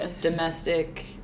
domestic